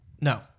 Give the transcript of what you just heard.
No